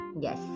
Yes